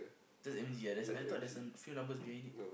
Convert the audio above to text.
just M_G ah there's I thought there's a few numbers behind it